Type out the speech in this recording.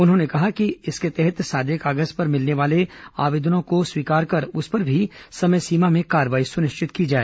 उन्होंने कहा कि इसके तहत सादे कागज पर मिलने वाले आवेदनों को स्वीकार कर उस पर भी समय सीमा में कार्रवाई सुनिश्चित की जाए